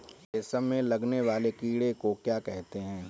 रेशम में लगने वाले कीड़े को क्या कहते हैं?